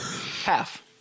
Half